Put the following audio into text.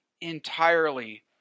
entirely